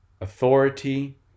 authority